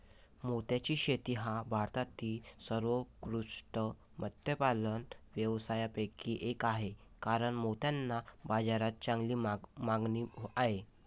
मोत्याची शेती हा भारतातील सर्वोत्कृष्ट मत्स्यपालन व्यवसायांपैकी एक आहे कारण मोत्यांना बाजारात चांगली मागणी आहे